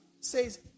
says